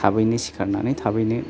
थाबैनो सिखारनानै थाबैनो